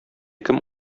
кем